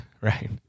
right